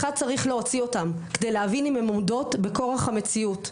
צריך להוציא אותן כדי להבין אם הן עומדות בכורח המציאות,